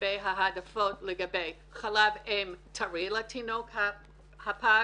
לגבי העדפות חלב אם טרי לתינוק הפג